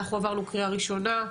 אנחנו עברנו קריאה ראשונה,